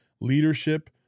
leadership